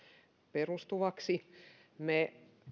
perustuvaksi me